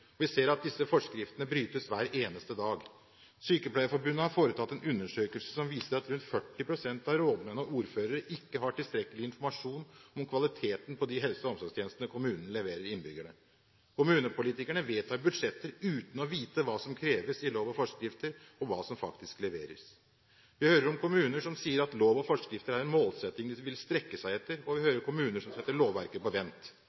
omsorgen. Vi ser at disse forskriftene brytes hver eneste dag. Sykepleierforbundet har foretatt en undersøkelse som viser at rundt 40 pst. av rådmennene og ordførerne ikke har tilstrekkelig informasjon om kvaliteten på de helse- og omsorgstjenestene kommunen leverer til innbyggerne. Kommunepolitikerne vedtar budsjetter uten å vite hva som kreves i lov og forskrifter, og hva som faktisk leveres. Vi hører om kommuner som sier at lov og forskrifter er en målsetting de vil strekke seg etter, og vi hører om kommuner som setter lovverket på vent.